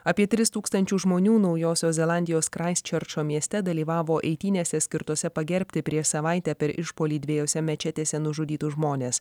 apie tris tūkstančius žmonių naujosios zelandijos kraistčerčo mieste dalyvavo eitynėse skirtose pagerbti prieš savaitę per išpuolį dvejose mečetėse nužudytus žmones